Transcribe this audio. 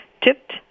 tipped